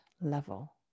level